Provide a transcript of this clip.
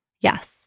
Yes